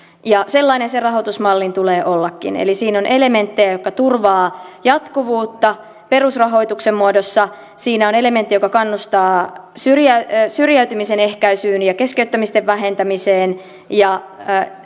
sellainen sen rahoitusmallin tulee ollakin eli siinä on elementtejä jotka turvaavat jatkuvuutta perusrahoituksen muodossa siinä on elementti joka kannustaa syrjäytymisen syrjäytymisen ehkäisyyn ja keskeyttämisten vähentämiseen ja